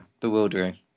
bewildering